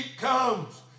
comes